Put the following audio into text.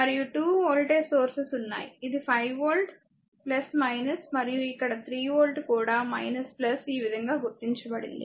మరియు 2 voltage sources ఉన్నాయి ఇది 5 వోల్ట్ మరియు ఇక్కడ 3 వోల్ట్ కూడా ఈ విధంగా గుర్తించబడింది